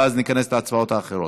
ואז ניכנס להצבעות האחרות.